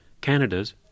Canada's